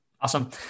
Awesome